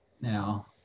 now